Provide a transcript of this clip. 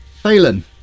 Phelan